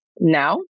Now